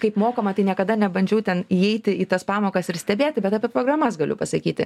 kaip mokama tai niekada nebandžiau ten įeiti į tas pamokas ir stebėti bet apie programas galiu pasakyti